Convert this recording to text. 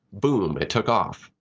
boom, it took off.